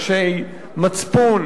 אנשי מצפון,